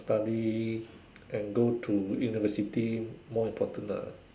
study and go to university more important ah